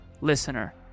listener